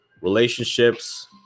relationships